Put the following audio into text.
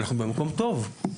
אז אנחנו במקום טוב.